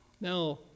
Now